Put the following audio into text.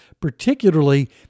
particularly